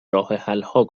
راهحلها